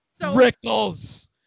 Rickles